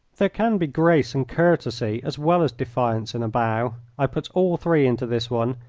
there can be grace and courtesy as well as defiance in a bow i put all three into this one,